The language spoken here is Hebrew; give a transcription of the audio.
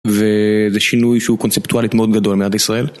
וזה שינוי שהוא קונספטואלית מאוד גדול למדינת ישראל.